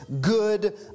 good